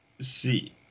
see